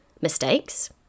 mistakes